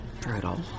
brutal